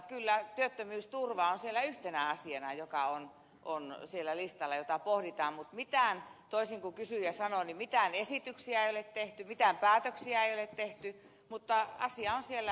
kyllä työttömyysturva on siellä yhtenä asiana joka on listalla jota pohditaan mutta toisin kuin kysyjä sanoo mitään esityksiä ei ole tehty mitään päätöksiä ei ole tehty asia on siellä pohdinnassa